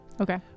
Okay